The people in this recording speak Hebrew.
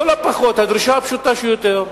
הדרישה הפשוטה ביותר,